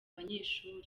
abanyeshuri